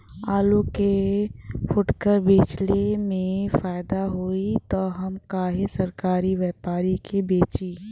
आलू के फूटकर बेंचले मे फैदा होई त हम काहे सरकारी व्यपरी के बेंचि?